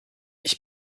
ich